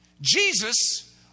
Jesus